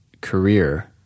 career